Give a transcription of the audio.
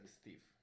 Steve